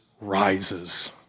rises